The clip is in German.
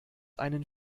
einen